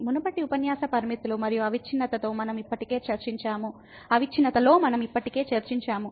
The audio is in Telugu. మునుపటి ఉపన్యాస పరిమితులు మరియు అవిచ్ఛిన్నతలో మనం ఇప్పటికే చర్చించాము